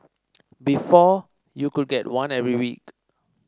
before you could get one every week